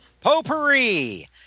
Potpourri